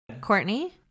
courtney